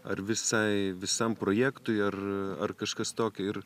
ar visai visam projektui ar ar kažkas tokio ir